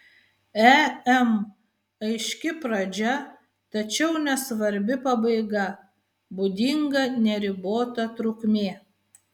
em aiški pradžia tačiau nesvarbi pabaiga būdinga neribota trukmė